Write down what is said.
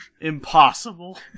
Impossible